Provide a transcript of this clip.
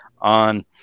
on